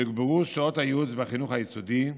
תוגברו שעות הייעוץ בחינוך היסודי,